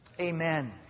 Amen